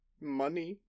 money